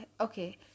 okay